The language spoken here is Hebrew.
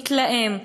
מתלהם,